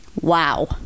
Wow